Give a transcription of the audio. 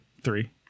three